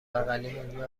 بغلیمون، یه